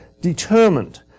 determined